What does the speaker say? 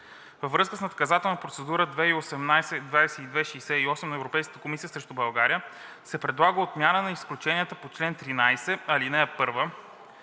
Във връзка с наказателна процедура № 2018/2268 на Европейската комисия срещу България се предлага отмяна на изключенията по чл. 13, ал. 1,